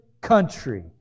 country